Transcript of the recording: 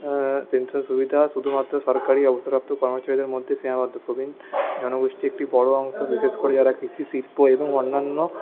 pension সুবিধা শুধুমাত্র সরকারি অবসরপ্রাপ্ত কর্মচারীদের মধ্যে সীমাবদ্ধ প্রবীণ জনগোষ্ঠী একটি বড়ো অংশ বিশেষ করে যারা কৃষি শিল্প এবং অন্যান্য